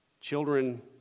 Children